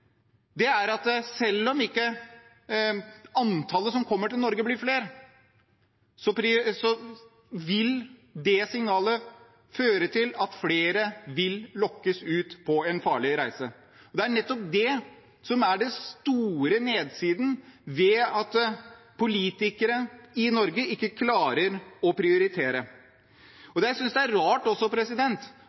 er at selv om ikke antallet som kommer til Norge, blir høyere, så vil det signalet føre til at flere vil lokkes ut på en farlig reise. Det er nettopp det som er den store nedsiden ved at politikere i Norge ikke klarer å prioritere. Jeg synes også det er rart